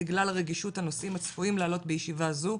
בגלל רגישות הנושאים הצפויים לעלות בישיבה זו,